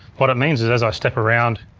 what it means is as i step around,